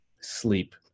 sleep